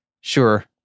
sure